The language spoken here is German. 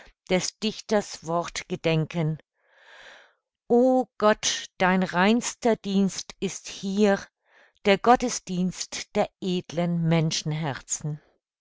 des dichters wort gedenken o gott dein reinster dienst ist hier der gottesdienst der edlen menschenherzen